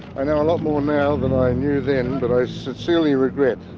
i know a lot more now than i knew then, but i sincerely regret